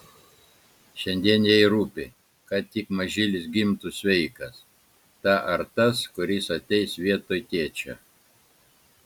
šiandien jai rūpi kad tik mažylis gimtų sveikas ta ar tas kuris ateis vietoj tėčio